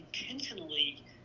intentionally